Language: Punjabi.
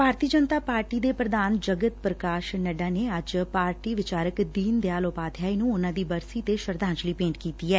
ਭਾਰਤੀ ਜਨਤਾ ਪਾਰਟੀ ਦੇ ਪ੍ਰਧਾਨ ਜਗਤ ਪ੍ਰਕਾਸ਼ ਨੱਡਾ ਨੇ ਅੱਜ ਪਾਰਟੀ ਵਿਚਾਰਕ ਦੀਨ ਦਿਆਲ ਓਪਾਧਿਆਏ ਨੰ ਉਨਾਂ ਦੀ ਬਰਸੀ ਤੇ ਸ਼ਰਧਾਂਜਲੀ ਭੇਂਟ ਕੀਤੀ ਐ